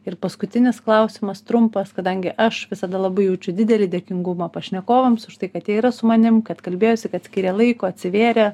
ir paskutinis klausimas trumpas kadangi aš visada labai jaučiu didelį dėkingumą pašnekovams už tai kad jie yra su manim kad kalbėjosi kad skyrė laiko atsivėrė